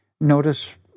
Notice